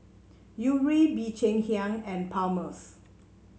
Yuri Bee Cheng Hiang and Palmer's